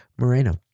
Moreno